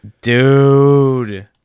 dude